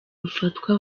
rufatwa